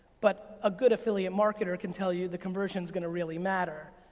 but a good affiliate marketer can tell you the conversion's gonna really matter.